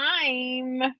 time